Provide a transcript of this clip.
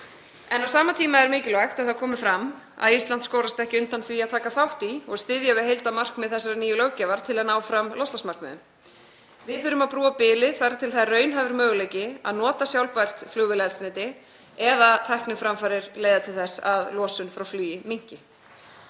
Á sama tíma er mikilvægt að það komi fram að Ísland skorast ekki undan því að taka þátt í og styðja við heildarmarkmið þessarar nýju löggjafar til að ná fram loftslagsmarkmiðum. Við þurfum að brúa bilið þar til það er raunhæfur möguleiki að nota sjálfbært flugvélaeldsneyti eða tækniframfarir leiða til þess að losun frá flugi minnki.